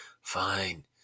Fine